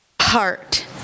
heart